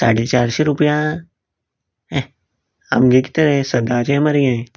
साडे चारशें रूपया एह आमगे कितें रे सदाचें मरे हे